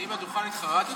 אני בדוכן התחרטתי?